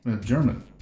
German